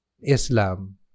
Islam